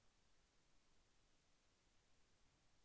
ఒక metric tonne మిర్చికి ఎంత కొలతగల ప్రదేశము కావాలీ?